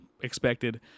expected